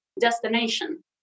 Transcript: destination